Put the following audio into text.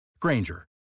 Granger